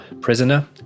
prisoner